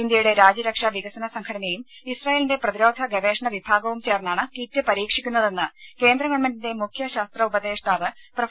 ഇന്ത്യയുടെ രാജ്യരക്ഷാ വികസന സംഘടനയും ഇസ്രായേലിന്റെ പ്രതിരോധ ഗവേഷണ വിഭാഗവും ചേർന്നാണ് കിറ്റ് പരീക്ഷിക്കുന്നതെന്ന് കേന്ദ്ര ഗവൺമെന്റിന്റെ മുഖ്യ ശാസ്ത്ര ഉപദേഷ്ടാവ് പ്രൊഫ